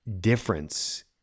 difference